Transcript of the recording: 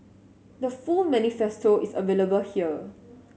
the full manifesto is available here